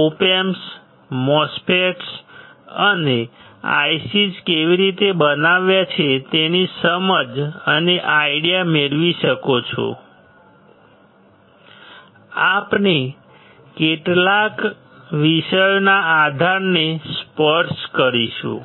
Op Amps MOSFETs અને ICs કેવી રીતે બનાવ્યા છે તેની સમજ અને આઈડિયા મેળવી શકો છો આપણે કેટલાક વિષયોના આધારને સ્પર્શ કરીશું